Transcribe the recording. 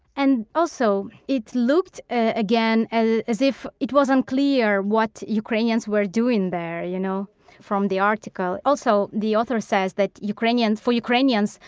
and also it looked, again, as as if it was unclear what ukrainians were doing there you know from the article. also, the author says that for ukrainians,